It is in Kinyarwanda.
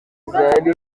zari